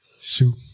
Shoot